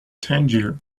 tangier